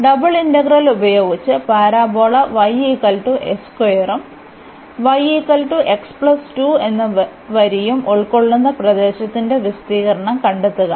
double integral ഉപയോഗിച്ച് parabola ഉം എന്ന വരിയും ഉൾക്കൊള്ളുന്ന പ്രദേശത്തിന്റെ വിസ്തീർണ്ണം കണ്ടെത്തുക